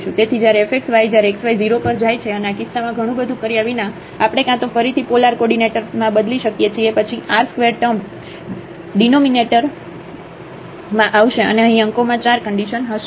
તેથી જ્યારે f x y જ્યારે x y 0 પર જાય છે અને આ કિસ્સામાં ઘણું બધું કર્યા વિના આપણે કાં તો ફરીથી પોલાર કોડિનેટરમાં બદલી શકીએ છીએ પછી r² ટર્મ ડીનોમિનેટરમાં આવશે અને અહીં અંકોમાં 4 કન્ડિશન હશે